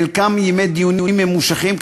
חלקם ימי דיונים ממושכים,